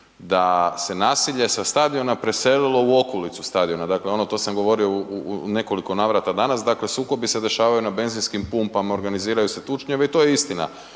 da se naselje sa stadiona preselilo u okolicu stadiona, dakle ono to sam govorio u, u, u nekoliko navrata danas, dakle sukobi se dešavaju na benzinskim pumpama, organiziraju se tučnjave i to je istina,